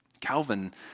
Calvin